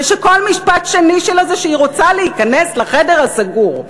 ושכל משפט שני שלה זה שהיא רוצה להיכנס לחדר הסגור,